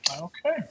Okay